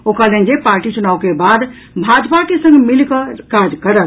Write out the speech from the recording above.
ओ कहलनि जे पार्टी चुनाव के बाद भाजपा के संग मिलिकऽ काज करत